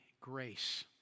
grace